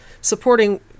supporting